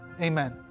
Amen